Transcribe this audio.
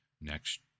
next